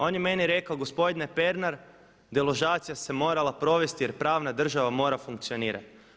On je meni rekao gospodine Pernar deložacija se morala provesti jer pravna država mora funkcionirati.